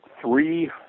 three